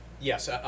yes